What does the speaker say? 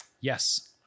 Yes